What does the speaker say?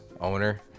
owner